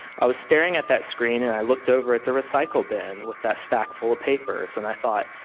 i was staring at that screen and i looked over at the recycle bin with that stack full of papers, and i thought,